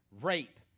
Rape